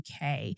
UK